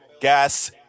gas